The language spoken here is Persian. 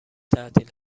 تعطیل